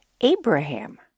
Abraham